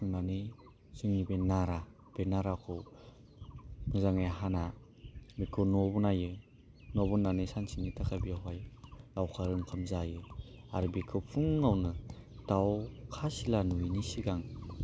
हाखांनानै जोंनि बे नारा बे नाराखौ मोजाङै हाना बेखौ न' बानायो न' बनायनानै सानसेनि थाखाय बेवहाय लावखार ओंखाम जायो आरो बेखौ फुङावनो दाउखा सिला नुयिनि सिगां